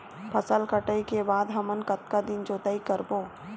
फसल कटाई के बाद हमन कतका दिन जोताई करबो?